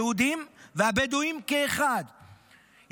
היהודים והבדואים כאחד,